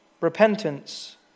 repentance